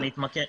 טוב, נתמקד.